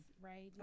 right